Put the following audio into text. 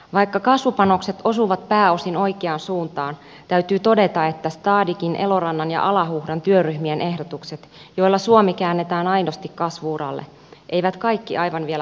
vaikka kasvupanokset osuvat pääosin oikeaan suuntaan täytyy todeta että stadighin elorannan ja alahuhdan työryhmien ehdotukset joilla suomi käännetään aidosti kasvu uralle eivät kaikki aivan vielä toteutuneet